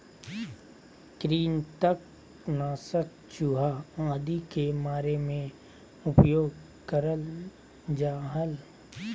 कृंतक नाशक चूहा आदि के मारे मे उपयोग करल जा हल